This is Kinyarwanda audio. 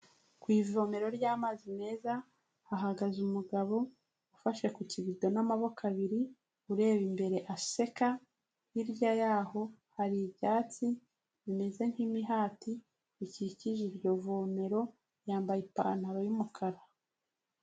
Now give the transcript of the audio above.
Ku ivomero ry'amazi meza, hahagaze umugabo ufashe ku kibido n'amaboko abiri, ureba imbere aseka, hirya yaho hari ibyatsi bimeze nk'imihati, bikikije iryo vomero, yambaye ipantaro y'umukara.